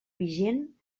vigent